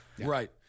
Right